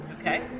Okay